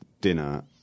dinner